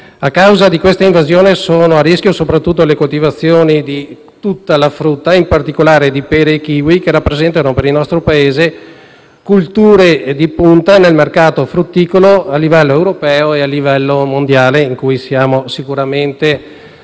A causa di questa invasione, sono a rischio le coltivazioni di tutta la frutta e, in particolare di pere e kiwi, che rappresentano per il nostro Paese colture di punta nel mercato frutticolo a livello europeo e mondiale, e di cui siamo ottimi